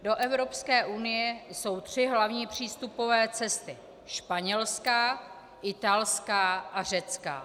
Do Evropské unie jsou tři hlavní přístupové cesty španělská, italská a řecká.